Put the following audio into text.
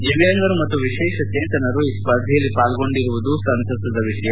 ದಿವ್ಯಾಂಗರು ಮತ್ತು ವಿಶೇಷ ಚೇತನರು ಈ ಸ್ಪರ್ಧೆಯಲ್ಲಿ ಪಾಲ್ಗೊಂಡಿರುವುದು ಸಂತಸದ ವಿಷಯ